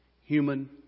human